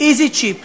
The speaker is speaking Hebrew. "איזיצ'יפ",